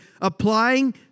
applying